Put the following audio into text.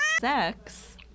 sex